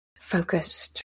focused